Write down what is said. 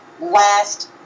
last